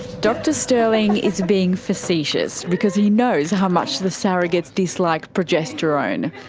dr stirling is being facetious because he knows how much the surrogates dislike progesterone.